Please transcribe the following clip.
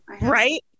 Right